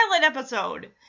episode